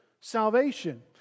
salvation